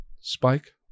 Spike